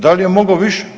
Da li je mogao više?